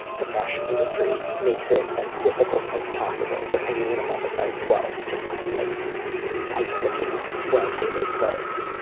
the fashion industry makes it as difficult as possible for anyone above a size twelve to find like nice looking, well tailored clothes.